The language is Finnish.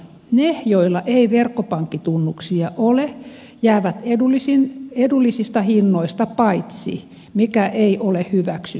ne joilla ei verkkopankkitunnuksia ole jäävät edullisista hinnoista paitsi mikä ei ole hyväksyttävää